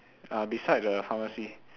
uh beside the pharmacy